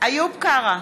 איוב קרא,